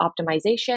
optimization